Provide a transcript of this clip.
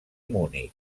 munic